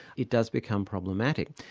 it does become problematic.